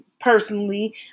personally